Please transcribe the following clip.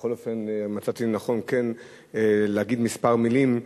בכל אופן מצאתי לנכון כן להגיד כמה מלים,